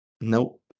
Nope